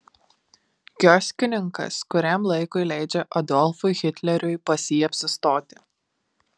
kioskininkas kuriam laikui leidžia adolfui hitleriui pas jį apsistoti